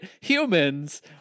Humans